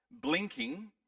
blinking